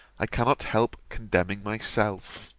i cannot help condemning myself.